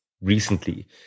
recently